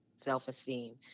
self-esteem